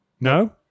No